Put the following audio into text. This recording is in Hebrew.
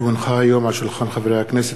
כי הונחה היום על שולחן הכנסת,